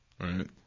right